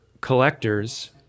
collectors